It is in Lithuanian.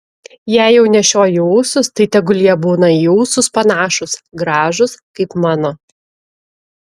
jei jau nešioji ūsus tai tegul jie būna į ūsus panašūs gražūs kaip mano